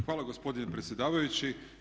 Hvala gospodine predsjedavajući.